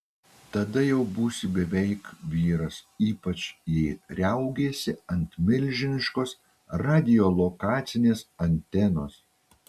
tada jau būsi beveik vyras ypač jei riaugėsi ant milžiniškos radiolokacinės antenos